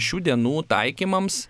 šių dienų taikymams